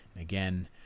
Again